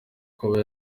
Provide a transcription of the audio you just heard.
kuba